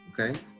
okay